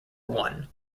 one